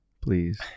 please